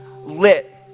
lit